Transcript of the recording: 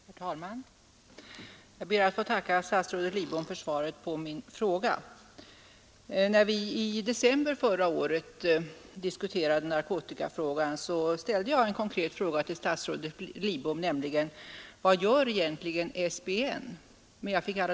Herr talman! Jag ber att få tacka statsrådet Lidbom för svaret på min fråga. När vi i december förra året diskuterade narkotikafrågan ställde jag en konkret fråga till statsrådet Lidbom, nämligen: Vad gör egentligen SBN?